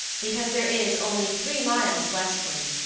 because there is, only three miles westward,